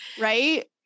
right